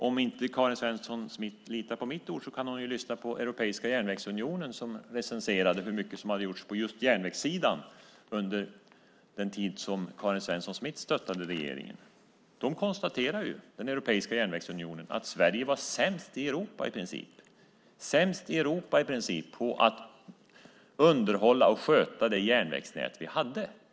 Om Karin Svensson Smith inte litar på mitt ord kan hon lyssna på Europeiska järnvägsunionen som recenserade hur mycket som hade gjorts på just järnvägssidan under den tid som Karin Svensson Smith stöttade regeringen. Europeiska järnvägsunionen konstaterade att Sverige i princip var sämst i Europa på att underhålla och sköta det järnvägsnät som vi hade.